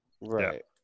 Right